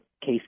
Case